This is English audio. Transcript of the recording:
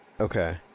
Okay